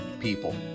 people